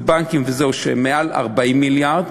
זה בנקים שמעל 40 מיליארד,